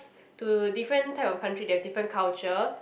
to different type of country they have different culture